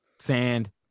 Sand